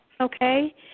okay